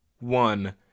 one